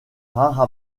rares